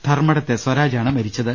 ധർമ്മടത്തെ സ്വരാജ് ആണ് മരിച്ചത്